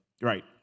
Right